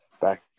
back